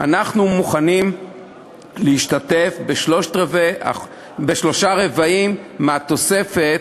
אנחנו מוכנים להשתתף בשלושה-רבעים מהתוספת